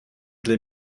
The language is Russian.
для